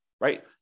Right